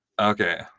Okay